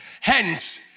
Hence